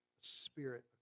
spirit